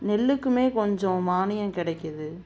நெல்லுக்குமே கொஞ்சம் மானியம் கிடைக்கிது